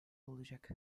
olacak